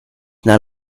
not